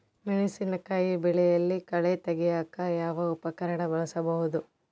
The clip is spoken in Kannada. ಮೆಣಸಿನಕಾಯಿ ಬೆಳೆಯಲ್ಲಿ ಕಳೆ ತೆಗಿಯಾಕ ಯಾವ ಉಪಕರಣ ಬಳಸಬಹುದು?